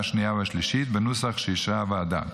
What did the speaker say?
השנייה והשלישית בנוסח שאישרה הוועדה.